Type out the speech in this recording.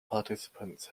participants